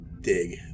dig